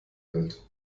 welt